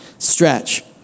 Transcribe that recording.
Stretch